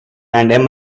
and